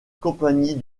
compagnie